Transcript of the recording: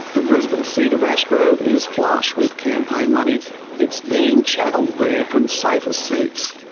the brisbane seat of ashgrove is flush with campaign money it's being channelled there from safer seats.